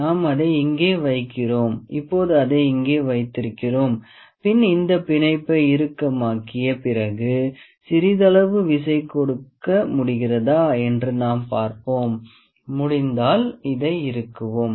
நாம் அதை இங்கே வைக்கிறோம் இப்போது அதை இங்கே வைத்திருக்கிறோம் பின் இந்த பிணைப்பை இறுக்கமாக்கிய பிறகு சிறிதளவு விசை கொடுக்க முடிகிறதா என்று நாம் பார்ப்போம் முடிந்தால் இதை இறுக்குவோம்